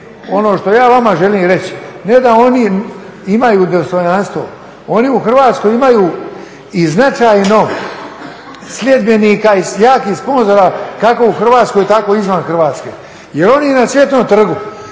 ono što ja vama želim reći, ne da oni imaju dostojanstvo, oni u Hrvatskoj imaju i značajno sljedbenika i jakih sponzora kako u Hrvatskoj tako i izvan Hrvatske. Jer oni na Cvjetnom trgu